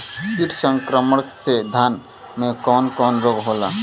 कीट संक्रमण से धान में कवन कवन रोग होला?